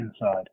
inside